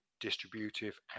Distributive